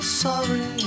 sorry